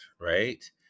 right